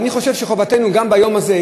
אני חושב שחובתנו גם ביום הזה,